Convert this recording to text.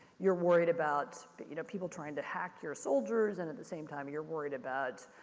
you're worried about, but you know, people trying to hack your soldiers, and at the same time, you're worried about,